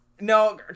No